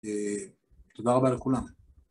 תודה רבה לכולם.